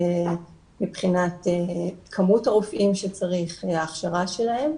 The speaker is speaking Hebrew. מבחינת כמות הרופאים שצריך וההכשרה שלהם,